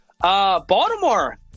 Baltimore